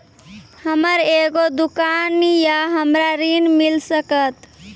हमर एगो दुकान या हमरा ऋण मिल सकत?